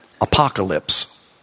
Apocalypse